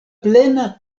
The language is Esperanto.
plena